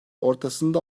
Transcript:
ortasında